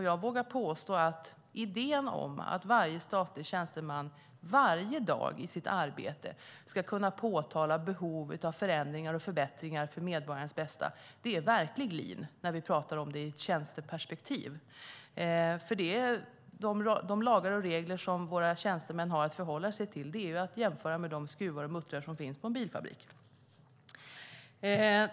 Jag vågar påstå att idén att varje statlig tjänsteman varje dag i sitt arbete ska kunna påtala behov av förändringar och förbättringar för medborgarnas bästa är verklig lean när vi talar om det i ett tjänsteperspektiv. De lagar och regler som våra tjänstemän har att förhålla sig till är att jämföra med de skruvar och muttrar som finns på en bilfabrik.